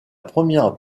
première